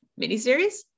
miniseries